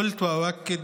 אמרתי ואני מאשר